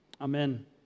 Amen